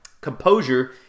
Composure